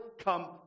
come